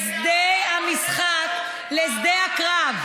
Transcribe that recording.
את שדה המשחק לשדה הקרב.